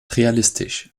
realistisch